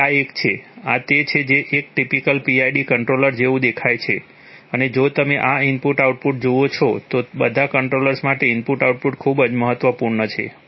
તેથી આ એક છે આ તે છે જે એક ટીપીકલ PID કંટ્રોલર જેવું દેખાય છે અને જો તમે આ ઇનપુટ આઉટપુટ જુઓ તો બધા કંટ્રોલર્સ માટે ઇનપુટ આઉટપુટ ખૂબ જ મહત્વપૂર્ણ છે